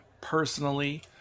personally